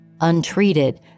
Untreated